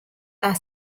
are